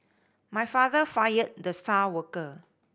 my father fired the star worker